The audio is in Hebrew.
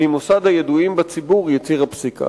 ממוסד הידועים בציבור, יציר הפסיקה.